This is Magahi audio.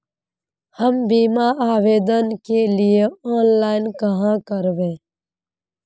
हम बीमा आवेदान के लिए ऑनलाइन कहाँ करबे?